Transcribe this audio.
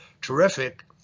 terrific